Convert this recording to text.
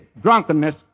drunkenness